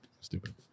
Stupid